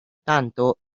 tanto